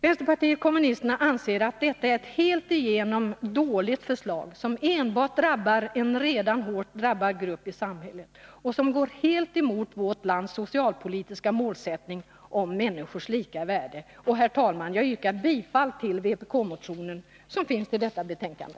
Vänsterpartiet kommunisterna anser att detta helt igenom är ett dåligt förslag, som enbart drabbar en redan hårt drabbad grupp i samhället och som går helt emot vårt lands socialpolitiska målsättning om människors lika värde. Herr talman! Jag yrkar bifall till vpk-motionen som finns behandlad i detta betänkande.